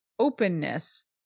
openness